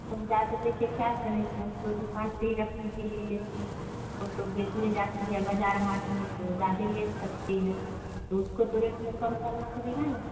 हम ज़्यादा लेकर क्या करेंगे हम तो दुकान पर ही रखने के लिए लेंगे वह तो बेचने जाती है बाज़ार हाथ में तो ज़्यादा ले सकती है तो उसको तो रेट में कम करना पड़ेगा ना